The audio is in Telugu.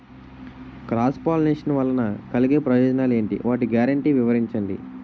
క్రాస్ పోలినేషన్ వలన కలిగే ప్రయోజనాలు ఎంటి? వాటి గ్యారంటీ వివరించండి?